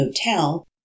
Hotel